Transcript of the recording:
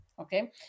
okay